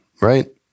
right